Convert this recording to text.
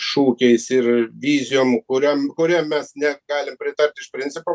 šūkiais ir vizijom kuriom kuriom mes negalim pritart iš principo